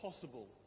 possible